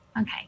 okay